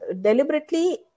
deliberately